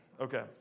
Okay